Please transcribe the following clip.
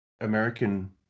american